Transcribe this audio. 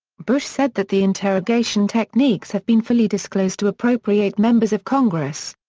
bush said that the interrogation techniques have been fully disclosed to appropriate members of congress.